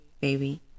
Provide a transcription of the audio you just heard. baby